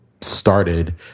started